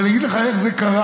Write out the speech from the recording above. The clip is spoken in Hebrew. אבל אני אגיד לך איך זה קרה.